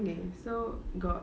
okay so got